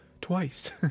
twice